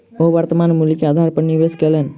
ओ वर्त्तमान मूल्य के आधार पर निवेश कयलैन